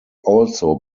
also